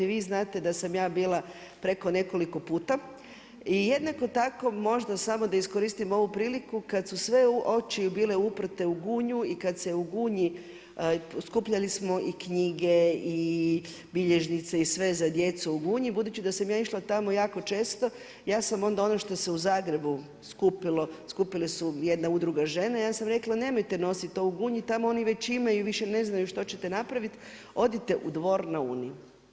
Vi znate da sam ja bila preko nekoliko puta i jednako tako možda samo da iskoristim ovu priliku kada su sve oči bile uprte u Gunju i kada se u Gunji skupljali smo i knjige i bilježnice i sve za djecu u Gunji, budući da sam ja išla tamo jako često ja sam onda ono što se u Zagrebu skupilo, skupile su jedna udruga Žena, ja sam rekla nemojte nositi to u Gunju, tamo oni već imaju i više ne znaju što ćete napraviti, odite u Dvor na Uni.